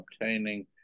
obtaining